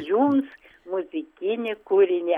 jums muzikinį kūrinį